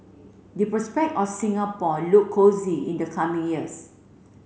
the prospect of Singapore look cosy in the coming years